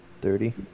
thirty